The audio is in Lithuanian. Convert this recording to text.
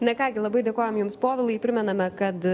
na ką gi labai dėkojam jums povilai primename kad